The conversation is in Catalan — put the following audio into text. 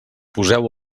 poseu